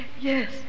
Yes